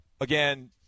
again